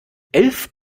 elf